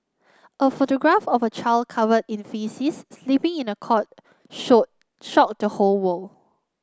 a photograph of a child covered in faeces sleeping in a cot shot shocked the whole world